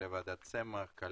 ועדת צמח,